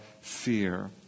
fear